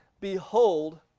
behold